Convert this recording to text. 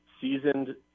seasoned